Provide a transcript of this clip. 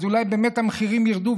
אז אולי באמת המחירים ירדו,